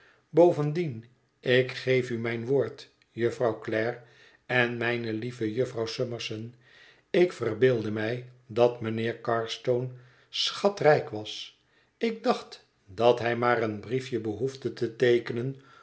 bovendien ik geef u mijn woord jufvrouw clare en mijne lieve jufvrouw summerson ik verbeeldde mij dat mijnheer carstone schatrijk was ik dacht dat hij maar een briefje behoefde te teekenen